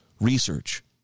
research